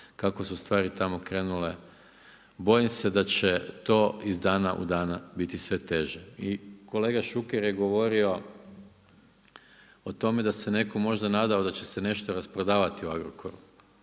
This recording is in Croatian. kako su stvari tamo krenule bojim se da će to iz dana u dan biti sve teže. I kolega Šuker je govorio o tome da se netko možda nadao da će se nešto rasprodavati u Agrokoru.